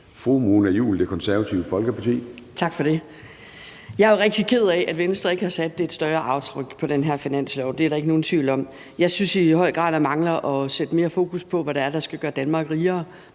Fru Mona Juul, Det Konservative Folkeparti. Kl. 10:27 Mona Juul (KF): Tak for det. Jeg er jo rigtig ked af, at Venstre ikke har sat et større aftryk på det her finanslovsforslag; det er der ikke nogen tvivl om. Jeg synes, man mangler at sætte mere fokus på, hvad det er, der skal gøre Danmark rigere,